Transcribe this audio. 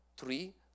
three